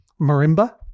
Marimba